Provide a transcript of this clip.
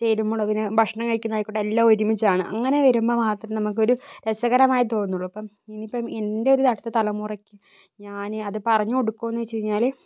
ചേരുമ്പോൾ അതിന് ഭക്ഷണം കഴിക്കുന്നത് ആയിക്കോട്ടെ എല്ലാം ഒരുമിച്ചാണ് അങ്ങനെ വരുമ്പോൾ മാത്രം നമുക്കൊരു രസകരമായി തോന്നുകയുള്ളു അപ്പം ഇനിയിപ്പം എന്റെ ഒരു അടുത്ത തലമുറയ്ക്ക് ഞാന് അത് പറഞ്ഞു കൊടുക്കുകാന്നു വെച്ചിരുന്നാല്